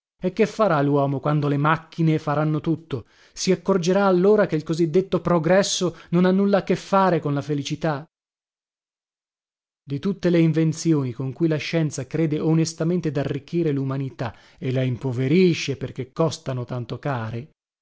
e che farà luomo quando le macchine faranno tutto si accorgerà allora che il così detto progresso non ha nulla a che fare con la felicità di tutte le invenzioni con cui la scienza crede onestamente darricchire lumanità e la